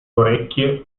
orecchie